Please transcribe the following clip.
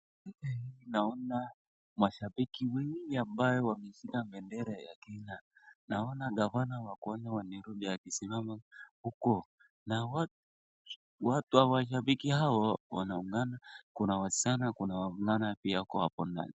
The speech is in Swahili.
Naona mashabiki wengi ambao wameshika bendera ya Kenya, naona gavana wa kuhani wa Nairobi akisimama huko na watu mashabiki hao wanaungana, kuna wasichana, kuna wavulana pia hapo ndani.